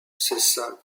cessa